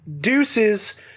Deuces